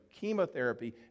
chemotherapy